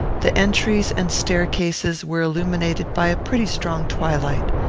the entries and staircases were illuminated by a pretty strong twilight.